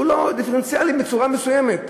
שהוא דיפרנציאלי בצורה מסוימת.